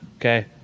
Okay